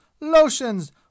lotions